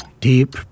Deep